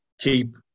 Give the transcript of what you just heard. keep